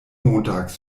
montags